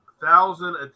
thousand